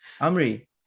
Amri